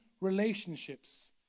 relationships